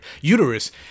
uterus